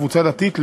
קבוצה דתית,